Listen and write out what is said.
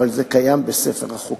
אבל זה קיים בספר החוקים.